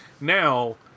Now